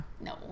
No